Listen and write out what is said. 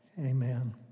Amen